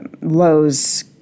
Lowe's